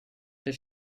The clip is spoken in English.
does